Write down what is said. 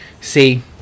see